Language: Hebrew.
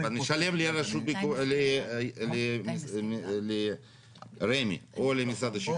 אבל משלם ל-רמ"י או למשרד השיכון.